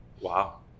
Wow